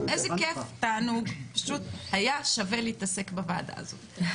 איזה כיף, תענוג, היה שווה להתעסק בוועדה הזאת.